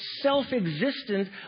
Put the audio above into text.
self-existent